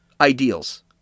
ideals